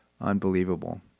Unbelievable